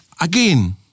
again